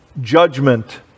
judgment